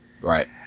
Right